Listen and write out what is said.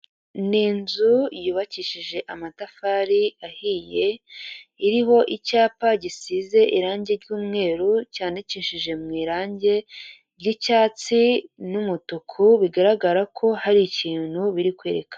Ni nzu yubakishije amatafari ahiye, iriho icyapa gisize irangi ry'umweru cyandikishije mu irangi ry'icyatsi n'umutuku, bigaragara ko hari ikintu biri kwerekana.